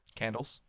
candles